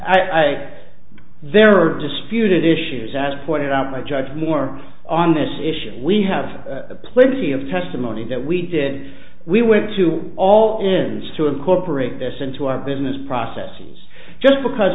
say there are disputed issues as pointed out by judge moore on this issue we have plenty of testimony that we did we went to all it is to incorporate this into our business processes just because